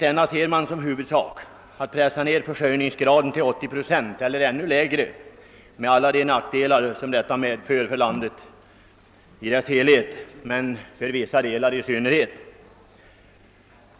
Man ser som en huvudsak att pressa ned försörjningsgraden till 80 procent eller ännu mindre, med alla de nackdelar detta medför för landet i dess helhet men för vissa delar i synnerhet.